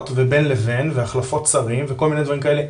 ובין לבין והחלפות שרים וכל מיני דברים כאלה,